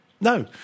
No